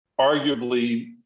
arguably